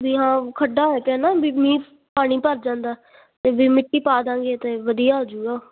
ਵੀ ਹਾਂ ਖੱਡਾ ਹੋਇਆ ਪਿਆ ਨਾ ਵੀ ਮੀਂਹ 'ਚ ਪਾਣੀ ਭਰ ਜਾਂਦਾ ਅਤੇ ਮਿੱਟੀ ਪਾ ਦੇਵਾਂਗੇ ਤਾਂ ਵਧੀਆ ਹੋ ਜਾਊਗਾ